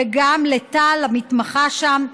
וגם לטל המתמחה שם,